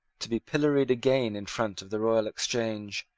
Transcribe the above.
to be pilloried again in front of the royal exchange,